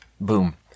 Boom